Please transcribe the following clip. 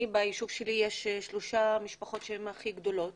אני ביישוב שלי יש שלוש משפחות שהן הכי גדולות